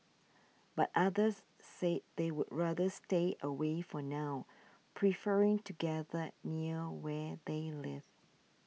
but others said they would rather stay away for now preferring to gather near where they live